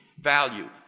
value